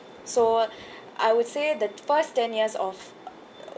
so I would say the first ten years of